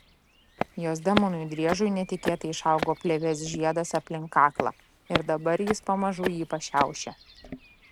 jos demonui driežui netikėtai išaugo plėvės žiedas aplink kaklą ir dabar jis pamažu jį pašiaušė